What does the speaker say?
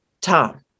Tom